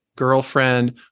girlfriend